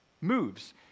moves